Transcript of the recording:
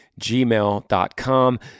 gmail.com